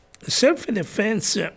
self-defense